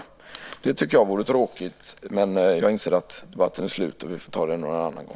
Det tycker jag vore tråkigt. Jag inser dock att debatten är slut och att vi får ta det någon annan gång.